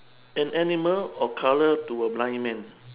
an animal or colour to a blind man